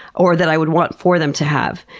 or that i would want for them to have.